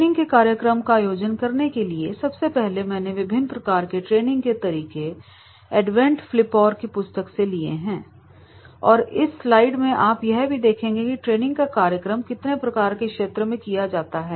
training के कार्यक्रम का आयोजन करने के लिए सबसे पहले मैंने विभिन्न प्रकार के ट्रेनिंग के तरीके एड्वेंट फ्लिपऔर की पुस्तक से लिए हैं और इस स्लाइड में आप यह भी देखेंगे की ट्रेनिंग का कार्यक्रम कितने प्रकार के क्षेत्र में किया जाता है